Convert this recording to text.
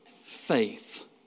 faith